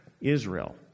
Israel